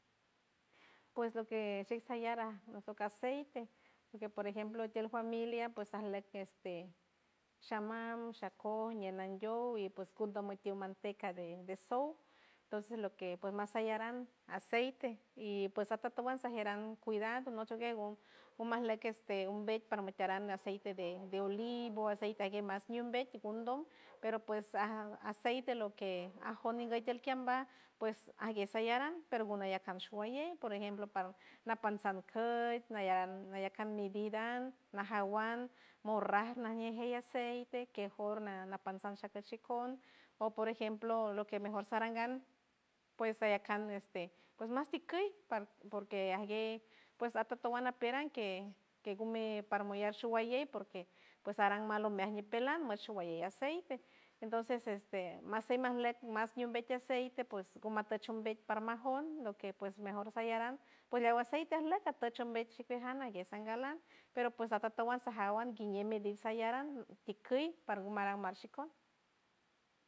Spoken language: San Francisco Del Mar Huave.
Pues lo que shik sayar aj lo que toca aceite guej por ejemplo tiel familia pues ajleck este sha mam sha koj ñenan ndiow y pues kunan manteca de- de sow ntonses lo que pues maseyaran aceite y ps atotuan sajieran cuidado noche gue ngu majleck este umbey parma tierang de aceite de- de olivo aceite guey umbey ngondom pero pues aj aceite lo que anjon ninguey kiel kambaj pues ajgue sayarang pero nguna yac kants shuwalley por ejemplo par napansan küt nayaran ayacan mi vidan najawan morraj najñe jey aceite pues kej for na- napansan shaka shikon o por ejemplo lo que mejor sarangan pues sayacan ps mas tiküy par por que ajguey pues atatuan apieran kej gumi parmuyar shuwalley porque pues arang mal umeaj ñipelan mashu walley aceite entonces este masey majleack mas ñiw mbetie aceite ps ngo matechumbet para majon lo que pues lo que mejor sayaran pues leawa aceite ajleck atecho mbet chi kuejan ajguey sangalan pero pues atatuan sajawuan nguiñe midi sayaran tiküy par ngumaran mar shikon